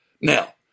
Now